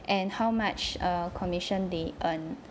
and how much err commission they earn